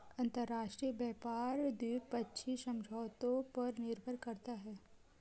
अंतरराष्ट्रीय व्यापार द्विपक्षीय समझौतों पर निर्भर करता है